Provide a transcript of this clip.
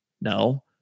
No